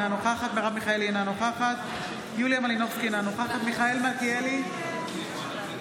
אינה נוכחת מרב מיכאלי,